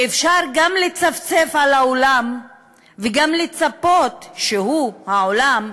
שאפשר גם לצפצף על העולם וגם לצפות שהוא, העולם,